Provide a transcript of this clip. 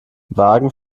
wagen